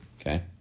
Okay